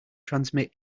transmit